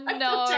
no